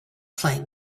playing